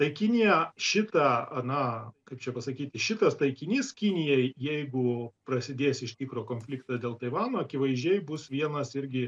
tai kinija šitą aną kaip čia pasakyti šitas taikinys kinijai jeigu prasidės iš tikro konfliktas dėl taivano akivaizdžiai bus vienas irgi